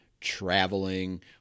traveling